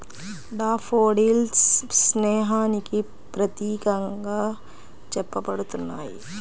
daffodils స్నేహానికి ప్రతీకగా చెప్పబడుతున్నాయి